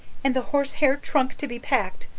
and the horsehair trunk to be packed.